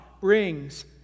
brings